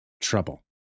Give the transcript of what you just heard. trouble